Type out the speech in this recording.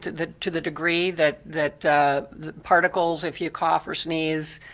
to the to the degree that that particles, if you cough or sneeze,